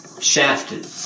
shafted